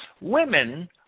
women